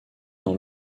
dans